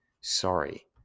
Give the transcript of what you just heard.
Sorry